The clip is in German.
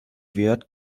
wert